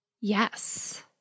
Yes